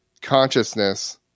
consciousness